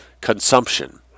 consumption